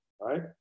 right